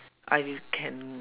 I can